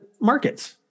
markets